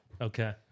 Okay